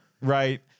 Right